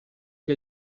gli